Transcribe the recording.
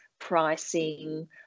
pricing